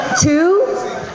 Two